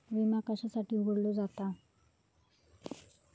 विमा कशासाठी उघडलो जाता?